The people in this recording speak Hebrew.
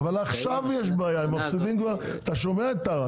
אבל עכשיו יש בעיה, אתה שומע את טרה.